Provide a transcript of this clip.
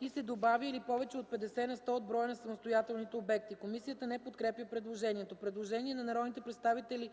и се добавя „или повече от 50 на сто от броя на самостоятелните обекти”. Комисията не подкрепя предложението. Предложение на народните представители